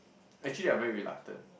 actually I very reluctant